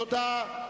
תודה.